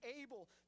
able